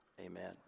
Amen